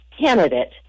candidate